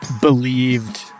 believed